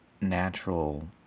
natural